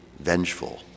vengeful